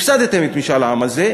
הפסדתם את משאל העם הזה,